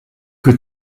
que